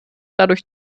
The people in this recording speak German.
dadurch